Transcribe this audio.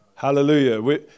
Hallelujah